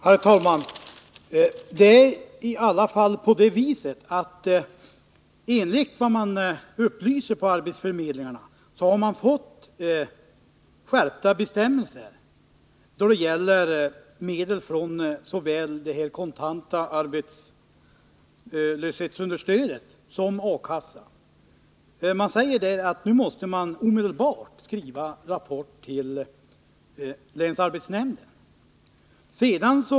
Herr talman! Det är i alla fall på det viset, enligt vad man upplyser på arbetsförmedlingarna, att man fått skärpta bestämmelser då det gäller medel från såväl det kontanta arbetslöshetsunderstödet som A-kassan. Man säger att nu måste man omedelbart skriva rapport till länsarbetsnämnden.